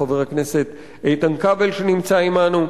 חבר הכנסת איתן כבל שנמצא עמנו,